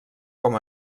com